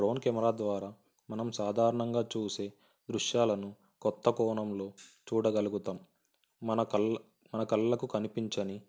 drone camera ద్వారా మనం సాధారణంగా చూసే దృశ్యాలను కొత్త కోణంలో చూడగలుగుతాం మన కళ్ మన కళ్ళకు కనిపించని